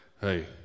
hey